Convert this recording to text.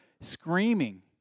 screaming